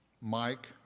Mike